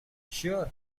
sure